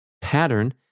pattern